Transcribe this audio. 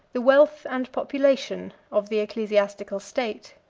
the wealth and population, of the ecclesiastical state.